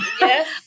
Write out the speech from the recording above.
Yes